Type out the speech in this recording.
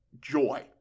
joy